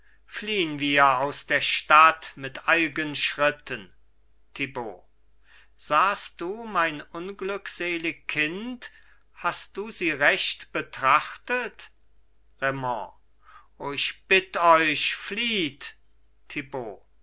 fliehn wir aus der stadt mit eilgen schritten thibaut sahst du mein unglückselig kind hast du sie recht betrachtet raimond o ich bitt euch flieht